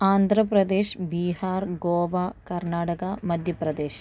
Andhra Pradesh Bihar Goa Karnataka Madhya Pradesh